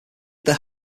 their